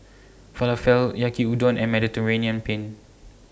Falafel Yaki Udon and Mediterranean Penne